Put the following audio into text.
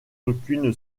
aucune